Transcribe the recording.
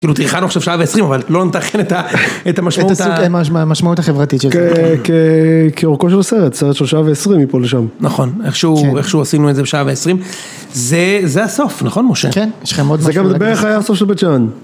כאילו, טרחנו עכשיו שעה ועשרים, אבל לא נטרחן את המשמעות החברתית של הסרט. כאורכו של הסרט, סרט של שעה ועשרים, מפה ולשם. נכון, איכשהו עשינו את זה בשעה ועשרים. זה הסוף, נכון, משה? כן, יש לכם עוד משהו לדבר. זה גם בערך היה הסוף של בית שאן.